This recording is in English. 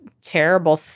terrible